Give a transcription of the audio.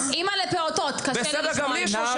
אימא לפעוטות, קשה לי לשמוע את זה.